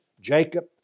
Jacob